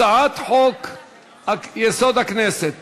הצעת חוק-יסוד: הכנסת (תיקון,